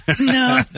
no